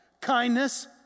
Kindness